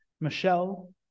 Michelle